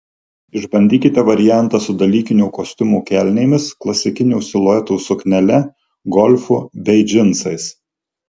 išbandykite variantą su dalykinio kostiumo kelnėmis klasikinio silueto suknele golfu bei džinsais